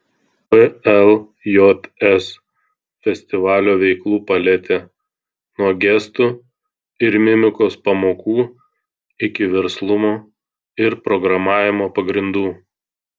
pljs festivalio veiklų paletė nuo gestų ir mimikos pamokų iki verslumo ir programavimo pagrindų